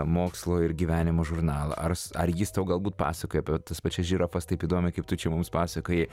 mokslo ir gyvenimo žurnalą ar ar jis tau galbūt pasakoja apie tas pačias žirafas taip įdomiai kaip tu čia mums pasakojai